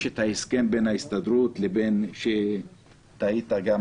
יש את ההסכם בין ההסתדרות לבין שאתה היית גם